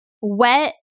wet